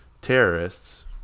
terrorists